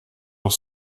doch